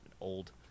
old